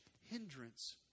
hindrance